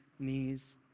knees